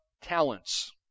talents